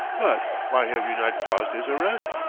but why have you not caused his arrest?